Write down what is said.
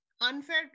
unfair